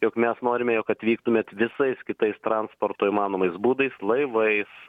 jog mes norime jog atvyktumėt visais kitais transporto įmanomais būdais laivais